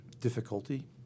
difficulty